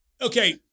okay